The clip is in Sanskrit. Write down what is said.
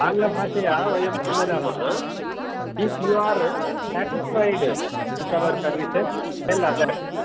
आङ्गलभाषया वयं किं वदामः if you are satisfied with our services tell others